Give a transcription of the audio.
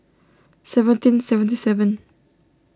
seventeen seventy seven